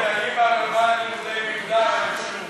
גפני וקבוצת חברי הכנסת.